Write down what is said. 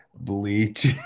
bleach